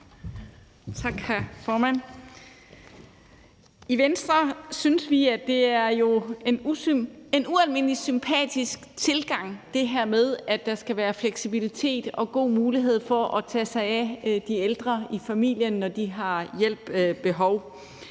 I Venstre synes vi, at det jo er en ualmindelig sympatisk tilgang, at der skal være fleksibilitet og god mulighed for at tage sig af de ældre i familierne, når de har hjælp behov,